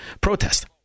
protest